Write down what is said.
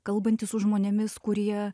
kalbantis su žmonėmis kurie